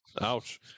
Ouch